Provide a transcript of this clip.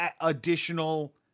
additional